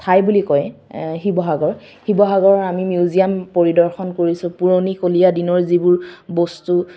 ঠাই বুলি কয় শিৱসাগৰ শিৱসাগৰৰ আমি মিউজিয়াম পৰিদৰ্শন কৰিছোঁ পুৰণিকলীয়া দিনৰ যিবোৰ বস্তু